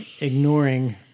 ignoring